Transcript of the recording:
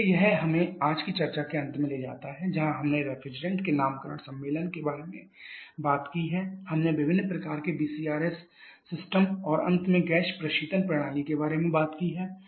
इसलिए यह हमें आज की चर्चा के अंत में ले जाता है जहां हमने रेफ्रिजरेंट के नामकरण सम्मेलन के बारे में बात की है हमने विभिन्न प्रकार के वीसीआरएस सिस्टम और अंत में गैस प्रशीतन प्रणाली के बारे में बात की है